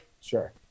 Sure